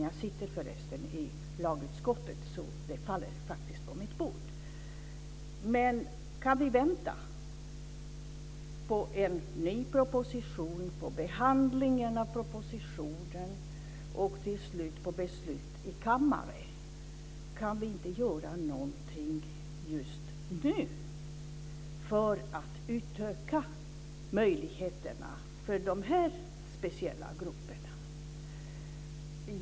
Jag sitter förresten i lagutskottet, så det faller faktiskt på mitt bord. Men kan vi vänta på en ny proposition, på behandling av propositionen och till slut på beslut i kammaren? Kan vi inte göra någonting just nu för att utöka de här speciella gruppernas möjligheter?